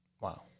Wow